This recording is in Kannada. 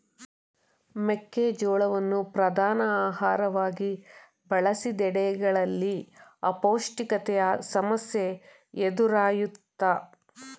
ಮೆಕ್ಕೆ ಜೋಳವನ್ನು ಪ್ರಧಾನ ಆಹಾರವಾಗಿ ಬಳಸಿದೆಡೆಗಳಲ್ಲಿ ಅಪೌಷ್ಟಿಕತೆಯ ಸಮಸ್ಯೆ ಎದುರಾಯ್ತು